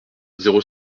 zéro